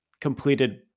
completed